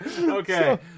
Okay